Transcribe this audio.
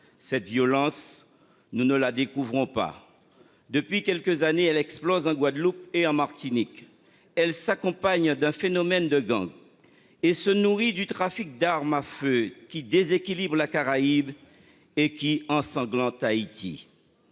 Cette violence. Nous ne la découvrons pas. Depuis quelques années elle explose en Guadeloupe et en Martinique elle s'accompagne d'un phénomène de gangs. Et se nourrit du trafic d'armes à feu qui déséquilibre la caraïbe et qui ensanglantent Haïti.